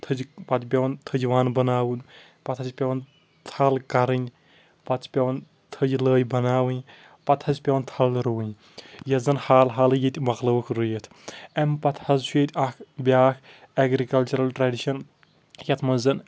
تھجہِ پتہٕ چھُ پٮ۪وان تھجہٕ وان بناوُن پتہٕ حظ چھُ پٮ۪وان تھل کرٕنۍ پتہٕ چھ پٮ۪وان تھجہِ لٲے بناوٕنۍ پتہٕ حظ چھ پٮ۪وان تھل رُوٕنۍ یۄس زن حال حالٕے ییٚتہِ مۄکلٲوٕکھ رُوِتھ امہِ پتہٕ حظ چھُ ییٚتہِ اکھ بیٛاکھ اٮ۪گرِکلچرل ٹریڈشن یتھ منٛز زن